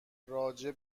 راجع